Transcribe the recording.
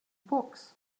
books